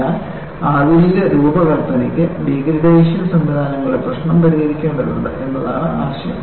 അതിനാൽ ആധുനിക രൂപകൽപ്പനയ്ക്ക് ഡിഗ്രഡേഷൻ സംവിധാനങ്ങളുടെ പ്രശ്നം പരിഹരിക്കേണ്ടതുണ്ട് എന്നതാണ് ആശയം